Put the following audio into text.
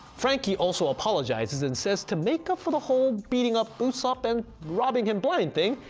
franky also apologizes and says to make up for the whole beating up usopp and robbing him blind thing,